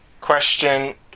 question